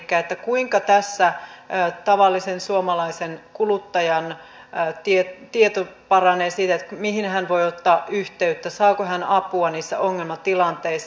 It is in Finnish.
elikkä kuinka tässä tavallisen suomalaisen kuluttajan tieto paranee siitä mihin hän voi ottaa yhteyttä saako hän apua niissä ongelmatilanteissa